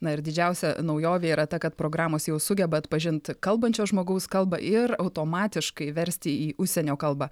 na ir didžiausia naujovė yra ta kad programos jau sugeba atpažint kalbančio žmogaus kalbą ir automatiškai versti į užsienio kalbą